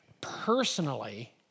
personally